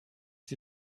sie